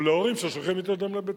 או להורים ששולחים את ילדיהם לבית-הספר.